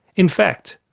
in fact,